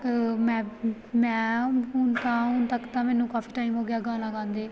ਮੈਂ ਮੈਂ ਹੁਣ ਤਾਂ ਹੁਣ ਤੱਕ ਤਾਂ ਮੈਨੂੰ ਕਾਫੀ ਟਾਈਮ ਹੋ ਗਿਆ ਗਾਣਾ ਗਾਉਂਦੇ